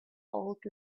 old